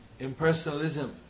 impersonalism